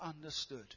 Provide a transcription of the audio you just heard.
understood